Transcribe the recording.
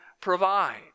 provide